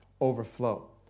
overflow